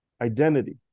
identity